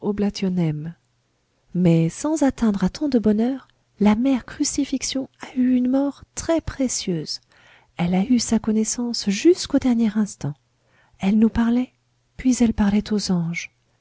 mais sans atteindre à tant de bonheur la mère crucifixion a eu une mort très précieuse elle a eu sa connaissance jusqu'au dernier instant elle nous parlait puis elle parlait aux anges